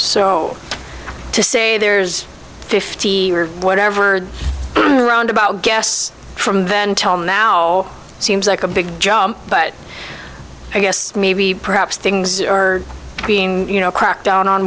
so to say there's fifty or whatever around about gas from then till now seems like a big jump but i guess maybe perhaps things are being you know crack down on